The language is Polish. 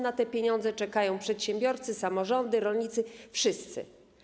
Na te pieniądze czekają przedsiębiorcy, samorządy, rolnicy, wszyscy.